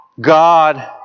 God